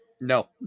No